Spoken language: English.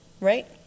Right